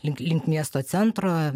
link link miesto centro